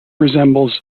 resembles